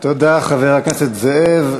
תודה, חבר הכנסת זאב.